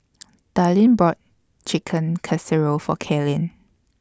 Darline bought Chicken Casserole For Kaelyn